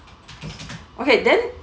okay then